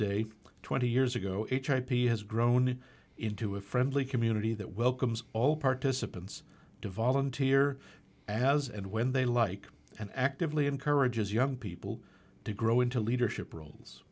day twenty years ago hippie has grown into a friendly community that welcomes all participants to volunteer as and when they like and actively encourages young people to grow into leadership roles